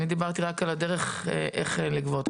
אני דיברתי רק על הדרך איך לגבות.